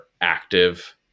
active